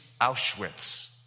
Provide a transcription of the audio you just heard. Auschwitz